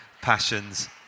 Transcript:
passions